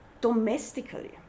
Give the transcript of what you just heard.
domestically